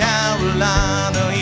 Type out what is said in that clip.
Carolina